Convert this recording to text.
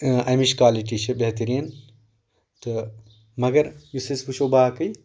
امِچ کالٹی چھِ بہتٔریٖن تہٕ مگر یُس أسۍ وٕچھو باقٕے